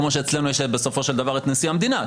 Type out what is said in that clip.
כמו שאצלנו יש בסופו של דבר את נשיא המדינה,